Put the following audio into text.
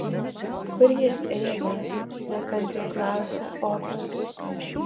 kur jis eina nekantriai klausia otas